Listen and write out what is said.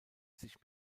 sich